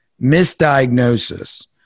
misdiagnosis